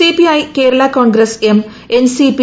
CPI Kerala Congress M NCP